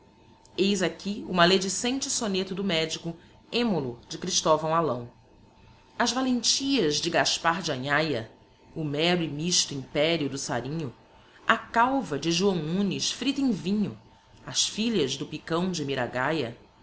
representam eis aqui o maledicente soneto do medico émulo de christovão alão as valentias de gaspar de anhaya o mero e mixto imperio do sarinho a calva de joão nunes frita em vinho as filhas do picão de miragaya